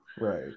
Right